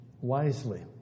wisely